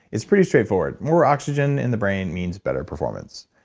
it's pretty straightforward. more oxygen in the brain means better performance.